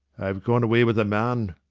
i have gone away with a man.